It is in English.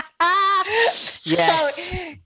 Yes